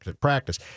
practice